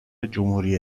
جمهوری